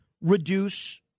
reduce